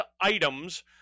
items